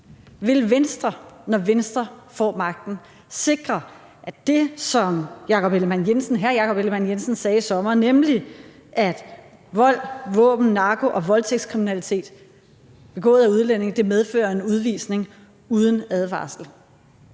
Vil Venstre, når Venstre får magten, sikre, at det, som hr. Jakob Ellemann-Jensen sagde i sommer, nemlig at vold, våben, narko og voldtægtskriminalitet begået af udlændinge medfører en udvisning uden advarsel?